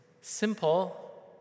simple